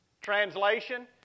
Translation